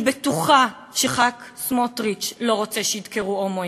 אני בטוחה שחבר הכנסת סמוטריץ לא רוצה שידקרו הומואים,